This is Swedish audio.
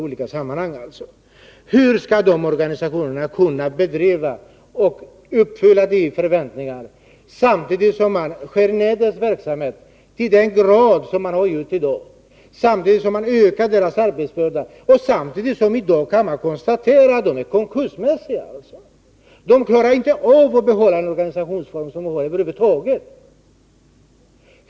Hur skall dessa organisationer kunna uppfylla dessa förväntningar, samtidigt som man skär ner deras verksamhet till den grad som sker i dag? Man vill öka deras arbetsbörda, samtidigt som vi kan konstatera att de i dag är konkursmässiga. De klarar inte av att behålla den organisationsform som de har.